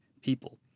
people